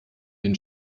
den